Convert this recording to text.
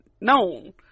known